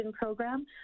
program